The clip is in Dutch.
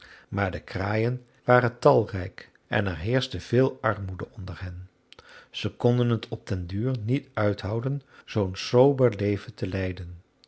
maar de kraaien waren talrijk en er heerschte veel armoede onder hen ze konden het op den duur niet uithouden zoo'n sober leven te leiden